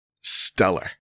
stellar